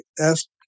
ask